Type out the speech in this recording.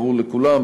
ברור לכולם,